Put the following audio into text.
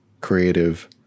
creative